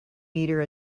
meter